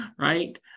right